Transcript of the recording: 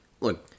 look